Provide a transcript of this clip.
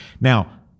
Now